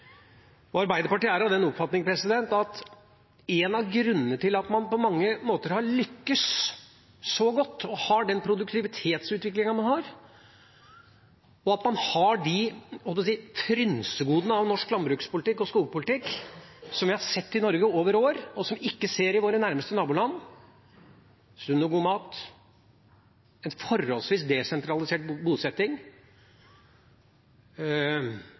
Norge. Arbeiderpartiet er av den oppfatning at en av grunnene til at man på mange måter har lyktes så godt og har den produktivitetsutviklingen man har, og at man har de frynsegodene av norsk landbruks- og skogpolitikk som vi har sett i Norge over år, og som vi ikke ser i våre nærmeste naboland – sunn og god mat, en forholdsvis desentralisert bosetting